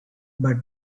but